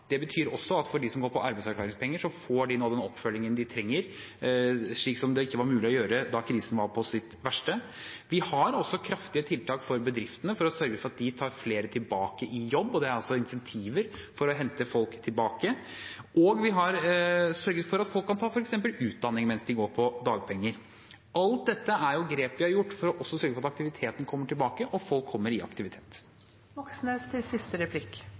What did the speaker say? Det betyr også at de som går på arbeidsavklaringspenger, nå får den oppfølgingen de trenger, slik det ikke var mulig å gjøre da krisen var på sitt verste. Vi har også kraftige tiltak for bedriftene for å sørge for at de tar flere tilbake i jobb, og det er altså insentiver for å hente folk tilbake. Og vi har sørget for at folk f.eks. kan ta utdanning mens de går på dagpenger. Alt dette er grep vi har gjort for å sørge for at aktiviteten kommer tilbake, og at folk kommer i aktivitet. Det siste